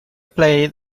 played